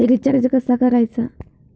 Recharge कसा करायचा?